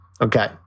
Okay